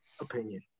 opinion